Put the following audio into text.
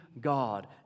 God